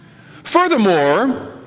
furthermore